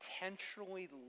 intentionally